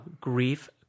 grief